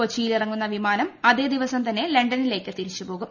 കൊച്ചിയിൽ ഇറങ്ങുന്ന വിമാനം അതേ ദിവസം തന്നെ ലണ്ടനിലേക്ക് തിരിച്ച് പോകും